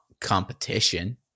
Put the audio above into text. competition